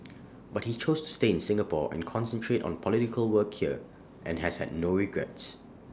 but he chose to stay in Singapore and concentrate on political work here and has had no regrets